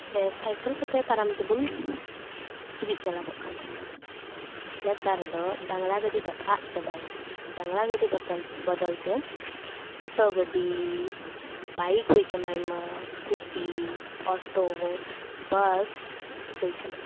ᱥᱮ ᱥᱟᱭᱠᱮᱞ ᱠᱚᱛᱮ ᱛᱟᱲᱟᱢ ᱛᱮᱵᱚᱱ ᱦᱤᱡᱩᱜ ᱪᱟᱞᱟᱜᱚᱜ ᱠᱟᱱ ᱛᱟᱦᱮᱱᱟ ᱱᱮᱛᱟᱨ ᱫᱚ ᱰᱟᱝᱨᱟ ᱜᱟᱹᱰᱤ ᱫᱚ ᱟᱫ ᱪᱟᱵᱟᱭᱱᱟ ᱰᱟᱝᱨᱟ ᱜᱟᱹᱰᱤ ᱵᱚᱫᱚᱞ ᱵᱚᱫᱚᱞ ᱛᱮ ᱴᱳᱴᱳ ᱜᱟᱹᱰᱤ ᱵᱟᱭᱤᱠ ᱦᱩᱭ ᱠᱟᱱᱟ ᱟᱭᱢᱟ ᱥᱠᱩᱴᱤ ᱚᱴᱳ ᱵᱟᱥ ᱦᱩᱭ ᱠᱟᱱᱟ